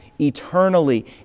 eternally